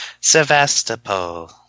Sevastopol